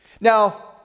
Now